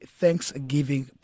thanksgiving